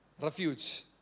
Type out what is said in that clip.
refuge